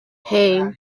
hey